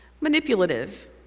manipulative